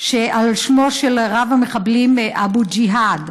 על שמו של רב-המחבלים אבו ג'יהאד.